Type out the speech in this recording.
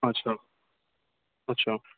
আচ্ছা আচ্ছা